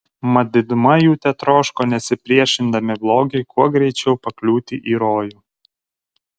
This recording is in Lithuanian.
mat diduma jų tetroško nesipriešindami blogiui kuo greičiau pakliūti į rojų